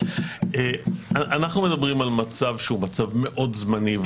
אנחנו מדברים על שהוא מצב מאוד זמני,